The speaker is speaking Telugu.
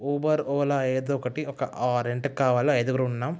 ఉబర్ ఓలా ఏదో ఒకటి ఒక ఆ రెంట్కి కావాలి ఐదుగురం ఉన్నాము